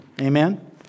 Amen